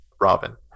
Robin